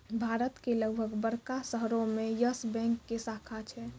भारत के लगभग बड़का शहरो मे यस बैंक के शाखा छै